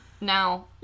Now